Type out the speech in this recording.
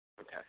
Okay